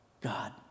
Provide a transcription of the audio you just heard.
God